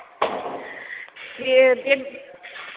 बेयो ब्रेड